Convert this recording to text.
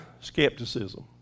skepticism